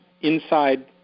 inside